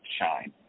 shine